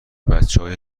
بچههای